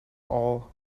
all